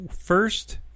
first